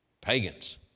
pagans